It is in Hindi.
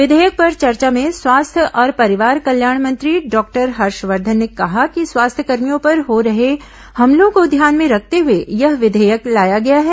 विघेयक पर चर्चा में स्वास्थ्य और परिवार कल्याण मंत्री डॉक्टर हर्षवर्धन ने कहा कि स्वास्थ्यकर्भियों पर हो रहे हमलों को ध्यान में रखते हए यह विधेयक लाया गया है